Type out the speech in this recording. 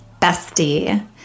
bestie